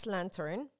Lantern